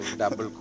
double